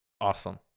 awesome